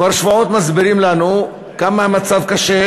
כבר שבועות מסבירים לנו כמה המצב קשה